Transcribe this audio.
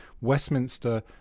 Westminster